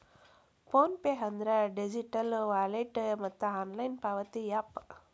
phone pay ಅಂದ್ರ digital wallet ಮತ್ತ online ಪಾವತಿ ಯಾಪ್